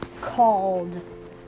called